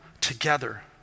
together